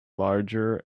larger